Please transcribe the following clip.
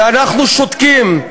ואנחנו שותקים.